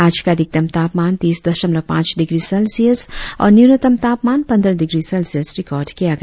आज का अधिकतम तापमान तीस दशमलव पांच डिग्री सेल्सियस और न्यूनतम तापमान पंद्रह डिग्री सेल्सियस रिकार्ड किया गया